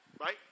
right